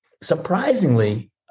surprisingly